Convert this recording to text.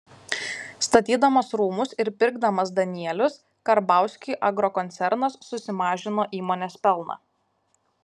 statydamas rūmus ir pirkdamas danielius karbauskiui agrokoncernas susimažino įmonės pelną